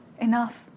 enough